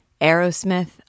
Aerosmith